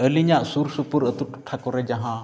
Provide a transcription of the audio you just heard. ᱟᱞᱤᱧᱟᱜ ᱥᱩᱨᱥᱩᱯᱩᱨ ᱟᱹᱛᱩ ᱴᱚᱴᱷᱟ ᱠᱚᱨᱮ ᱡᱟᱦᱟᱸ